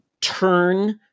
turn